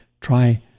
Try